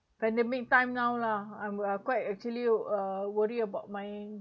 pandemic time now lah I'm I’m quite actually uh worry about my